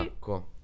cool